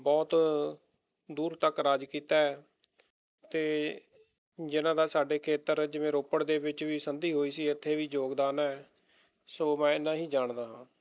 ਬਹੁਤ ਦੂਰ ਤੱਕ ਰਾਜ ਕੀਤਾ ਹੈ ਅਤੇ ਜਿਹਨਾਂ ਦਾ ਸਾਡੇ ਖੇਤਰ ਜਿਵੇਂ ਰੋਪੜ ਦੇ ਵਿੱਚ ਵੀ ਸੰਧੀ ਹੋਈ ਸੀ ਇੱਥੇ ਵੀ ਯੋਗਦਾਨ ਹੈ ਸੋ ਮੈਂ ਇੰਨਾ ਹੀ ਜਾਣਦਾ ਹਾਂ